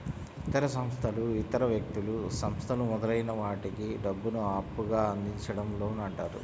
ఇతర సంస్థలు ఇతర వ్యక్తులు, సంస్థలు మొదలైన వాటికి డబ్బును అప్పుగా అందించడం లోన్ అంటారు